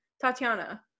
Tatiana